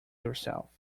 yourself